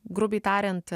grubiai tariant